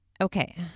Okay